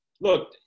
look